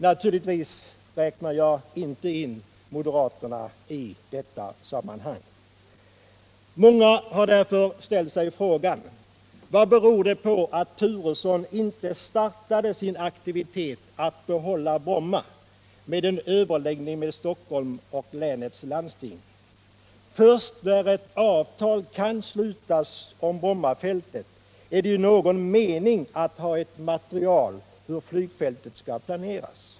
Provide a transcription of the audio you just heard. — Naturligtvis räknar jag inte in moderaterna i detta sammanhang. Många har därför ställt sig frågan: Vad beror det på att Bo Turesson inte startat sin aktivitet för att behålla Bromma med en överläggning med Stockholm och länets landsting? Först när avtal kan slutas om Brommafältet är det någon mening att ha ett material om hur flygfältet skall planeras.